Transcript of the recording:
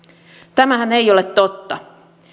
tämähän ei ole totta